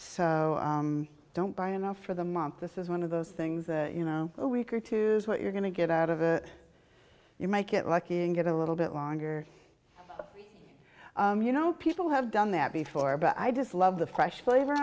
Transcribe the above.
i don't buy enough for the month this is one of those things that you know a week or two is what you're going to get out of it you might get lucky and get a little bit longer you know people have done that before but i just love the fresh flavor